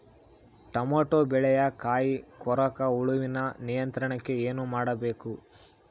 Tomato ಬೆಳೆಯ ಕಾಯಿ ಕೊರಕ ಹುಳುವಿನ ನಿಯಂತ್ರಣಕ್ಕೆ ಏನು ಮಾಡಬೇಕು?